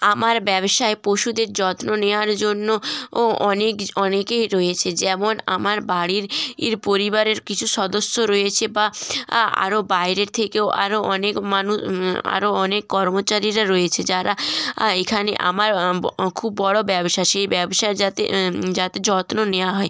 আমার ব্যবসায় পশুদের যত্ন নেওয়ার জন্য অনেক অনেকে রয়েছে যেমন আমার বাড়ির পরিবারের কিছু সদস্য রয়েছে বা আরও বাইরের থেকেও আরও অনেক মানুষ আরও অনেক কর্মচারীরা রয়েছে যারা এইখানে আমার খুব বড় ব্যবসা সেই ব্যবসা যাতে যাতে যত্ন নেওয়া হয়